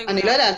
אני לא יודעת.